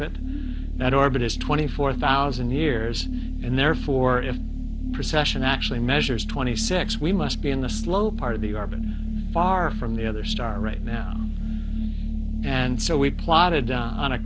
arbutus twenty four thousand years and therefore if precession actually measures twenty six we must be in the slow part of the arbonne far from the other star right now and so we plotted on a